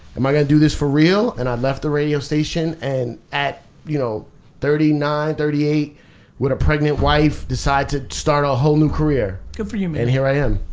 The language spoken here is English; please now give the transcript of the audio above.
am i going to do this for real? and i left the radio station. and at you know thirty nine, thirty eight with a pregnant wife, decide to start a whole new career. good for you, man. and here i am.